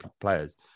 players